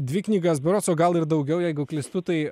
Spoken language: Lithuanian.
dvi knygas berods o gal ir daugiau jeigu klystu tai